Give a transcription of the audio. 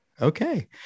Okay